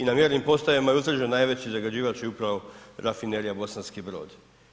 I na mjernim postajama je utvrđen najveći zagađivač je upravo rafinerija Bosanski Brod.